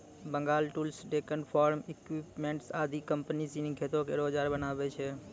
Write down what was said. Bengal tools, Deccan farm equipments आदि कम्पनी सिनी खेती केरो औजार बनावै छै